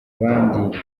abandi